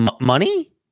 money